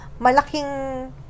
malaking